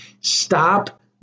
Stop